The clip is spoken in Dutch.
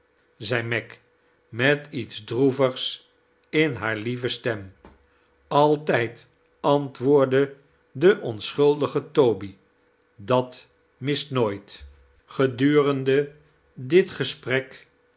zei meg met iets droevigs in hare lieve stem altijd antwoordde de onschuldige toby dat mist nooit gedurende dit gesprek